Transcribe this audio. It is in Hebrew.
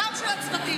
גם של הצוותים.